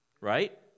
right